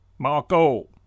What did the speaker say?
Marco